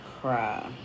cry